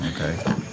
Okay